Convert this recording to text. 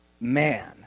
man